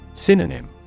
Synonym